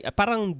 parang